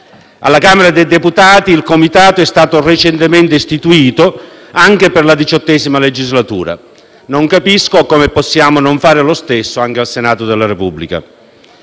Alla Camera dei deputati il Comitato è stato recentemente istituito anche per la XVIII legislatura. Non capisco come possiamo non fare lo stesso anche al Senato della Repubblica.